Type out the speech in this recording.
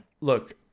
look